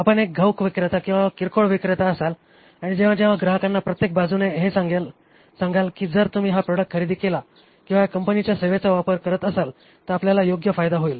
आपण एक घाऊक विक्रेता किंवा किरकोळ विक्रेता असाल आणि जेव्हा जेव्हा ग्राहकांना प्रत्येक बाजूने हे सांगेल कि जर तुम्ही हा प्रॉडक्ट खरेदी केला किंवा या कंपनीच्या सेवेचा वापर करत असाल तर आपल्याला योग्य फायदा होईल